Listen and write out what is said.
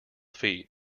feet